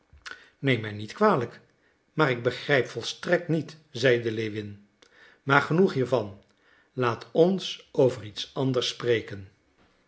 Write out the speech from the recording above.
neem mij niet kwalijk maar ik begrijp volstrekt niet zeide lewin maar genoeg hiervan laat ons over iets anders spreken